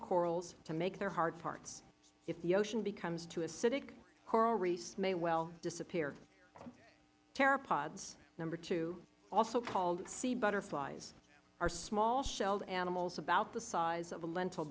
corals to make their hard parts if the ocean becomes too acidic coral reefs may well disappear pteropods number two also called sea butterflies are small shelled animals about the size of a lentil